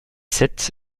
sept